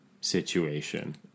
situation